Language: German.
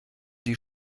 die